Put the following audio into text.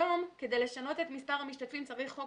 כדי לשנות את מספר המשתתפים צריך חוק